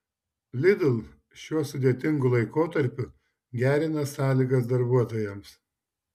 lidl šiuo sudėtingu laikotarpiu gerina sąlygas darbuotojams